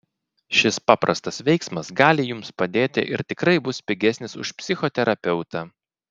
šis paprastas veiksmas gali jums padėti ir tikrai bus pigesnis už psichoterapeutą